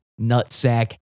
nutsack